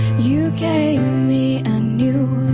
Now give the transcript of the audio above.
you gave me a new